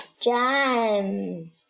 Jam